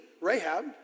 Rahab